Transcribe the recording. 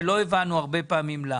שלא הבנו הרבה פעמים למה.